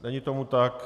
Není tomu tak.